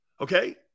Okay